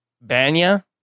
Banya